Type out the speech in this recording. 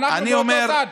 אנחנו באותו צד.